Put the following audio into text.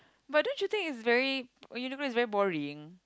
but don't you think it's very Uniqlo is very boring